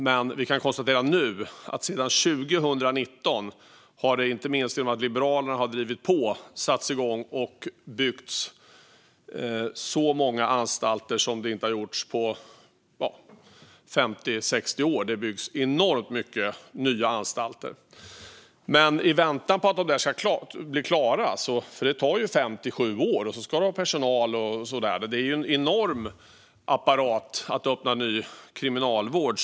Men vi kan nu konstatera att sedan 2017 har man, inte minst genom att Liberalerna drivit på, satt igång att bygga fler anstalter än man gjort på 50-60 år. Det byggs enormt många nya anstalter. De tar dock 5-7 år att bygga, och sedan ska de ha personal och så vidare. Det är en enorm apparat att öppna ny kriminalvård.